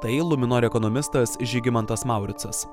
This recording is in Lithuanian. tai luminor ekonomistas žygimantas mauricas